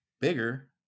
bigger